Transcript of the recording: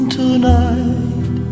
tonight